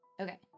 Okay